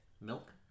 Milk